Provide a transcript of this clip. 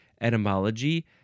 etymology